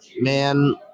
man